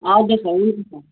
हजुर सर हुन्छ सर